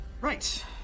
Right